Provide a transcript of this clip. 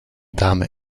damy